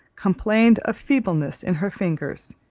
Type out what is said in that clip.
complained of feebleness in her fingers,